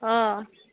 अ